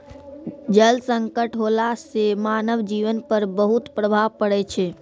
जल संकट होला सें मानव जीवन पर बहुत प्रभाव पड़ै छै